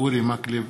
אורי מקלב,